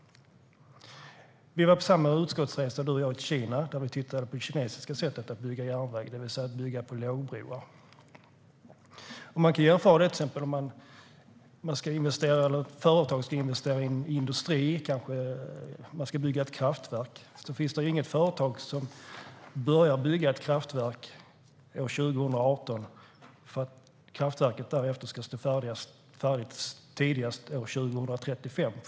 Du och jag var på samma utskottsresa till Kina, Lars Mejern Larsson, där vi tittade på det kinesiska sättet att bygga järnväg, det vill säga att bygga på lågbroar. Man kan jämföra det med om ett företag ska investera i till exempel en industri. Kanske man ska bygga ett kraftverk. Det finns inget företag som börjar bygga ett kraftverk år 2018 för att kraftverket därefter ska stå färdigt tidigast år 2035.